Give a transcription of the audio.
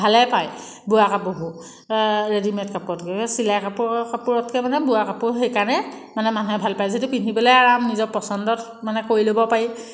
ভালে পায় বোৱা কাপোৰবোৰ ৰেডি মেড কাপোৰতকৈ চিলাই কাপোৰতকৈ মানে বোৱা কাপোৰ সেইকাৰণে মানে মানুহে ভাল পাই যিহেতু পিন্ধিবলৈ আৰাম নিজৰ পচন্দত মানে কৰি ল'ব পাৰি